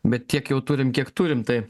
bet tiek jau turim kiek turim tai